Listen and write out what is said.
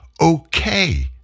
okay